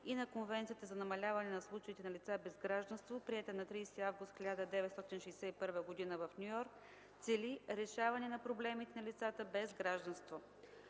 и на Конвенцията за намаляване на случаите на лица без гражданство, приета на 30 август 1961 г. в Ню Йорк, цели решаване на проблемите на лицата без гражданство.